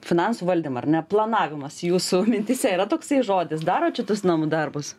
finansų valdymą ar ne planavimas jūsų mintyse yra toksai žodis darot šitus namų darbus